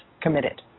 committed